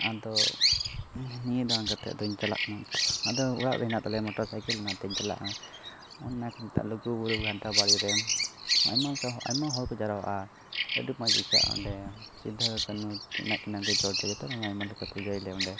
ᱟᱫᱚ ᱱᱤᱭᱟᱹ ᱫᱷᱟᱣ ᱜᱟᱛᱮᱜ ᱫᱚᱧ ᱪᱟᱟᱜ ᱠᱟᱱᱟ ᱟᱫᱚ ᱚᱲᱟᱜ ᱨᱮ ᱢᱮᱱᱟᱜ ᱛᱟᱞᱮᱭᱟ ᱢᱚᱴᱚᱨ ᱥᱟᱭᱠᱮᱞ ᱚᱱᱟ ᱛᱤᱧ ᱪᱟᱞᱟᱜᱼᱟ ᱚᱱᱟ ᱠᱚ ᱢᱮᱛᱟᱜᱼᱟ ᱞᱩᱜᱩᱼᱵᱩᱨᱩ ᱜᱷᱟᱱᱴᱟ ᱵᱟᱲᱮ ᱨᱮ ᱟᱭᱢᱟ ᱞᱮᱠᱟ ᱟᱭᱢᱟ ᱦᱚᱲ ᱠᱚ ᱡᱟᱣᱨᱟᱜᱼᱟ ᱟᱹᱰᱤ ᱢᱚᱡᱽ ᱟᱹᱭᱠᱟᱹᱜᱼᱟ ᱚᱸᱰᱮ ᱥᱤᱫᱷᱩᱼᱠᱟᱹᱱᱦᱩ ᱢᱮᱱᱟᱜ ᱠᱤᱱᱟᱹ ᱚᱸᱰᱮ ᱪᱚᱴᱨᱮ ᱡᱚᱛᱚ ᱦᱚᱲ ᱟᱭᱢᱟ ᱞᱮᱠᱟ ᱯᱩᱡᱟᱹᱭᱟᱞᱮ ᱚᱸᱰᱮ